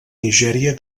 nigèria